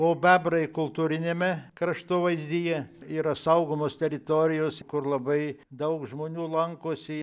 o bebrai kultūriniame kraštovaizdyje yra saugomos teritorijos kur labai daug žmonių lankosi